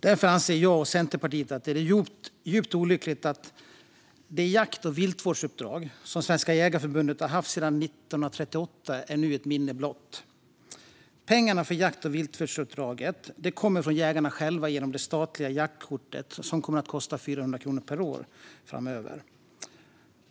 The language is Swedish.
Därför anser jag och Centerpartiet att det är djupt olyckligt att det jakt och viltvårdsuppdrag som Svenska Jägareförbundet har haft sedan 1938 nu är ett minne blott. Pengarna för jakt och viltvårdsuppdraget kommer från jägarna själva genom det statliga jaktkortet som framöver kommer att kosta 400 kronor per år.